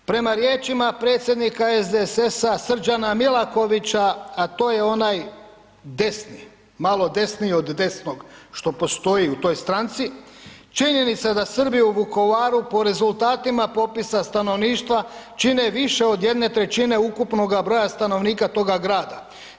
Prema riječima predsjednika SDSS-a Srđana Milakovića, a to je onaj desni, malo desniji od desnog što postoji u toj stranci, činjenica da Srbi u Vukovaru po rezultatima popisa stanovništva čine više od jedne trećine ukupnoga broja stanovnika toga grada.